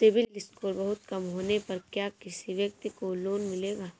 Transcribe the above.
CIBIL score बहुत कम होने पर क्या किसी व्यक्ति को लोंन मिलेगा?